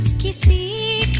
kiss me